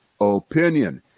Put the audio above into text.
opinion